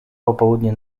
popołudnie